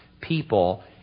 people